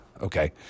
Okay